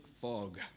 fog